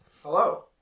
Hello